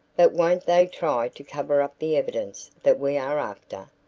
but won't they try to cover up the evidence that we are after?